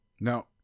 No